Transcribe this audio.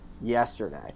yesterday